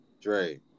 Dre